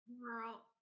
girl